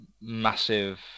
massive